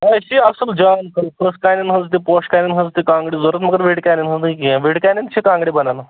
ہے اَسہِ چھِ اَصٕل جان فس فٔسٹ ٹایم حظ دیت پوشہِ کانیٚن ہٕنٛز تہِ کانٛگرِ ضروٗرت مگر وِڑٕ کانیٚن ہٕنٛز نہٕ کیٚنٛہہ وِڑٕ کانیٚن چھِ کانٛگرِ بَنان